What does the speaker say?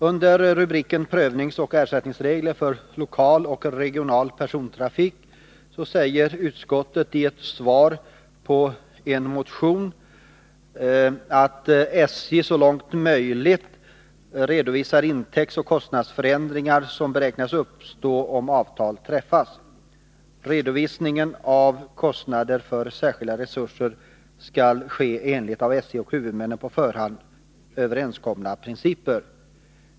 : Under rubriken ”Prövningsoch ersättningsregler för lokal och regional persontrafik” säger utskottet i ett svar på en motion att ”SJ så långt möjligt” bör ”redovisa intäktsoch kostnadsförändringar som beräknas uppstå om avtal träffas. Redovisningen av kostnader för särskilda resurser skall ske enligt av SJ och huvudmännen på förhand överenskomna principer.